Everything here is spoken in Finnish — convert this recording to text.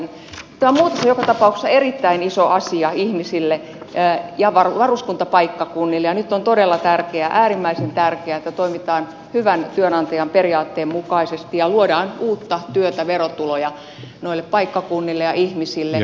tämä muutos on joka tapauksessa erittäin iso asia ihmisille ja varuskuntapaikkakunnille ja nyt on todella tärkeää äärimmäisen tärkeää että toimitaan hyvän työnantajan periaatteen mukaisesti ja luodaan uutta työtä verotuloja noille paikkakunnille ja ihmisille